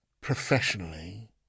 professionally